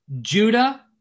Judah